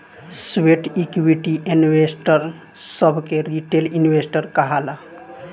sweat equity investor सभ के retail investor कहाला